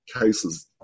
cases